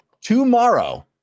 tomorrow